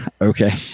Okay